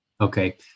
Okay